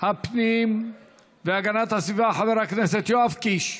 הפנים והגנת הסביבה חבר הכנסת יואב קיש.